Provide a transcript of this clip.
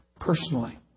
personally